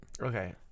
Okay